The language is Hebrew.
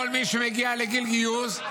כל מי שמגיע לגיל גיוס,